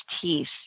teeth